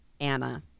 Anna